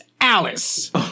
Alice